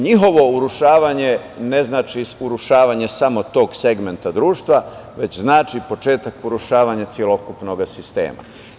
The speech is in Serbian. Njihovo urušavanje ne znači urušavanje samo tog segmenta društva, već znači početak urušavanja celokupnog sistema.